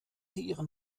ihren